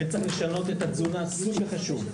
צריך לשנות את התזונה, סופר חשוב.